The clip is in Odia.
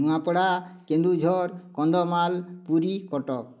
ନୂଆପଡ଼ା କେନ୍ଦୁଝର କନ୍ଧମାଳ ପୁରୀ କଟକ